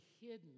hidden